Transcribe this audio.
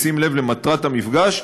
בשים לב למטרת המפגש,